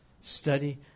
study